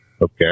Okay